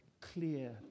clear